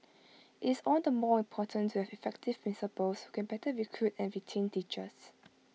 IT is all the more important to have effective principals who can better recruit and retain teachers